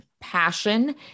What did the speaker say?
passion